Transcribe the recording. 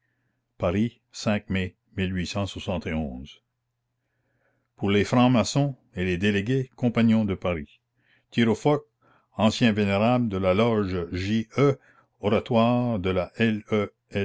aris aris mai our les francs-maçons et les délégués compagnons de paris thirifocq anc vénér de la loge j e orat de la